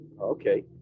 Okay